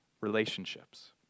relationships